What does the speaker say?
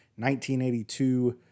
1982